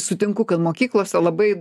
sutinku kad mokyklose labai